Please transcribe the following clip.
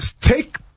Take